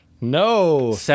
No